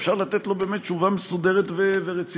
ואפשר לתת לו באמת תשובה מסודרת ורצינית.